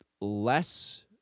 less